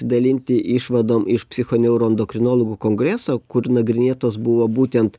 dalinti išvadom iš psichoneuroendokrinologų kongreso kur nagrinėtos buvo būtent